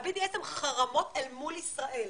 ה-BDS הם חרמות אל מול ישראל,